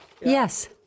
Yes